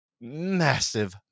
massive